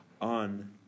on